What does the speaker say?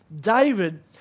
David